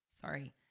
Sorry